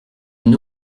une